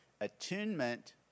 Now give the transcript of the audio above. Attunement